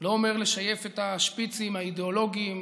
לא אומר לשייף את השפיצים האידיאולוגיים,